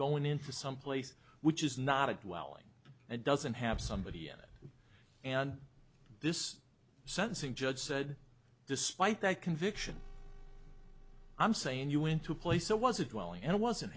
going into some place which is not a dwelling and doesn't have somebody in it and this sentencing judge said despite that conviction i'm saying you into play so was it well and it wasn't